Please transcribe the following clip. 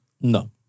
No